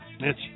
Mitch